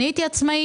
אני הייתי עצמאית.